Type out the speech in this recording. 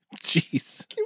Jeez